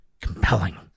compelling